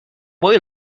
boy